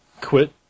quit